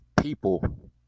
people